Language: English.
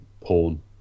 porn